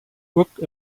book